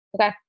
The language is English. Okay